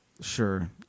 sure